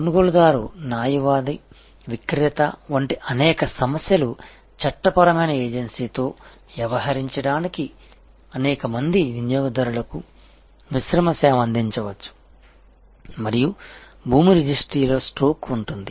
కొనుగోలుదారులు న్యాయవాది విక్రేత వంటి అనేక సమస్యలు చట్టపరమైన ఏజెన్సీతో వ్యవహరించడానికి అనేక మంది వినియోగదారులకు మిశ్రమ సేవను అందించవచ్చు మరియు భూమి రిజిస్ట్రీలో స్టోక్ ఉంటుంది